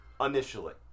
initially